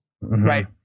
right